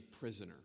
prisoner